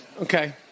Okay